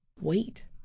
wait